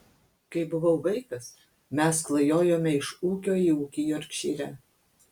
kai buvau vaikas mes klajojome iš ūkio į ūkį jorkšyre